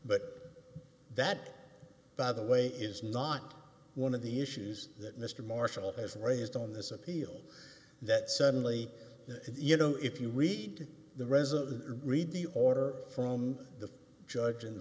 but that by the way is not one of the issues that mr marshall has raised on this appeal that suddenly you know if you read the resolution read the order from the judge